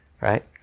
Right